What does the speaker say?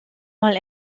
mal